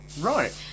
Right